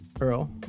earl